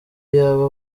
y’aba